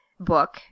book